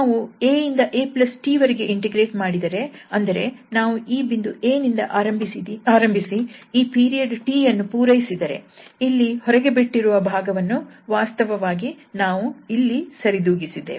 ನಾವು 𝑎 ಇಂದ 𝑎 𝑇 ವರೆಗೆ ಇಂಟಿಗ್ರೇಟ್ ಮಾಡಿದರೆ ಅಂದರೆ ನಾವು ಈ ಬಿಂದು 𝑎 ಇಂದ ಆರಂಭಿಸಿ ಈ ಪೀರಿಯಡ್ T ಯನ್ನು ಪೂರೈಸಿದರೆ ಇಲ್ಲಿ ಹೊರಗೆ ಬಿಟ್ಟಿರುವ ಭಾಗವನ್ನು ವಾಸ್ತವವಾಗಿ ನಾವು ಇಲ್ಲಿ ಸರಿದೂಗಿಸಿದ್ದೇವೆ